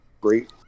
great